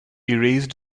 erased